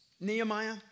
Nehemiah